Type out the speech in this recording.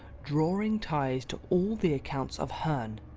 drawing ties to all the accounts of herne.